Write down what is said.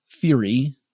theory